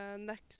next